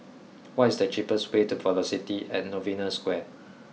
what is the cheapest way to Velocity at Novena Square